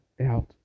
out